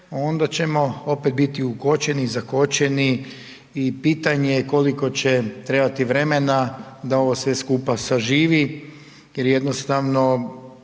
onda ćemo opet biti ukočeni, zakočeni i pitanje je koliko će trebati vremena da ovo sve skupa saživi, jer jednostavno